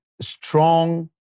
strong